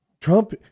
Trump